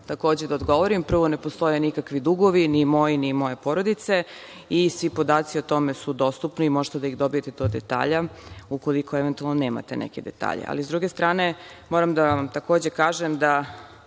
takođe da odgovorim. Prvo, ne postoje nikakvi dugovi, ni moji ni moje porodice, i svi podaci o tome su dostupni. Možete da ih dobijete do detalja, ukoliko eventualno nemate neke detalje. Ali, s druge strane, moram da vam takođe kažem da